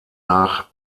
nach